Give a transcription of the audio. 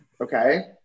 okay